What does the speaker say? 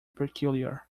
peculiar